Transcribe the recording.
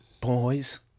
Boys